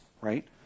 right